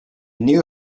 knew